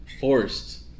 forced